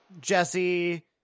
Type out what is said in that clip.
Jesse